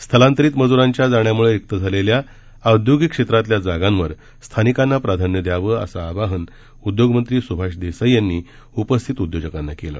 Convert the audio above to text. स्थलांतरित मजुरांच्या जाण्यामुळे रिक्त झालेल्या औद्योगिक क्षेत्रातल्या जागांवर स्थानिकांना प्राधान्य द्यावं असं आवाहन उद्योगमंत्री सुभाष देसाई यांनी उपस्थित उद्योजकांना केलं